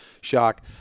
Shock